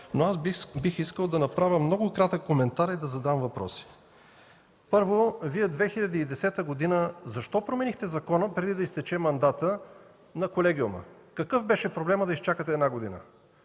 но аз бих искал да направя много кратък коментар и да задам въпроси. Първо, защо 2010 г. променихте закона, преди да изтече мандатът на Колегиума? Какъв беше проблемът да изчакате една година?